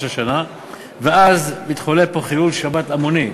השנה ואז מתחולל כאן חילול שבת המוני.